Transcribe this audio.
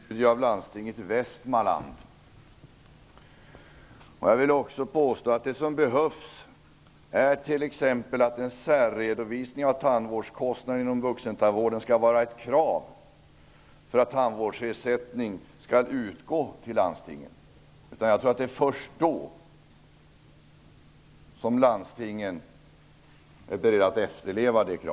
Herr talman! Jag rekommenderar en studie av Jag vill också påstå att det som behövs är t.ex. att en särredovisning av tandvårdskostnaderna inom vuxentandvården skall vara ett krav för att tandvårdsersättning skall utgå till landstingen. Jag tror att det är först då som landstingen är beredda att efterleva reglerna.